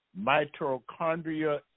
mitochondria